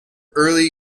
early